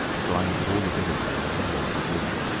the blinds of all the villas down the hill-road were drawn,